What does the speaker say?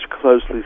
closely